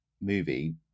movie